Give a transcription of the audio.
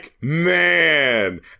man